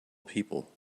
people